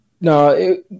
No